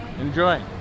enjoy